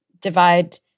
divide